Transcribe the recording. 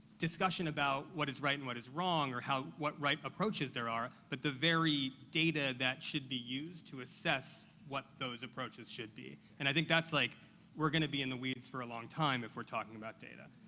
discussion about what is right and what is wrong or how what right approaches there are, but the very data that should be used to assess what those approaches should be. and i think that's like we're gonna be in the weeds for a long time if we're talking about data.